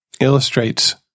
illustrates